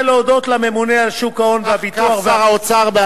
שר האוצר,